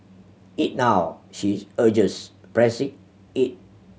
eat now she urges pressing it